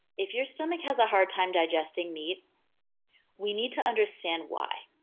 if your stomach has a hard time digesting meat we need to understand why.